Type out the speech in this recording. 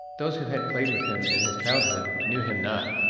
those who had played with him in his childhood knew him not,